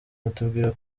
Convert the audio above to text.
batubwira